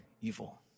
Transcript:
evil